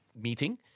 meeting